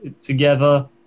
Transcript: together